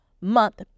month